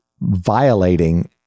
violating